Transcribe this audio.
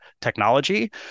technology